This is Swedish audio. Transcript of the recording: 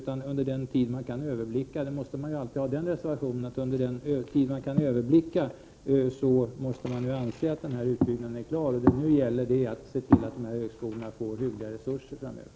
För den tid som man kan överblicka — man måste göra den reservationen — måste man anse att utbyggnaden är klar. Nu gäller det att se till att högskolorna i fråga får goda resurser framöver.